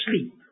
sleep